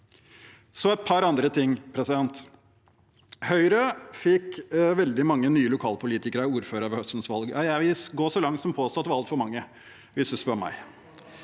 et par andre ting: Høyre fikk veldig mange nye lokalpolitikere og ordførere ved høstens valg. Jeg vil gå så langt som å påstå at det var altfor mange, hvis man spør meg.